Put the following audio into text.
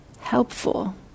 helpful